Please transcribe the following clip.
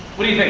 what do you